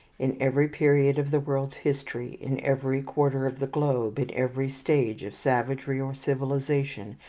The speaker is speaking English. in every period of the world's history, in every quarter of the globe, in every stage of savagery or civilization,